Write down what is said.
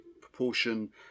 proportion